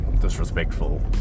disrespectful